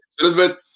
Elizabeth